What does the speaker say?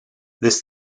this